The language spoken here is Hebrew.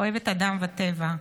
אוהבת אדם וטבע.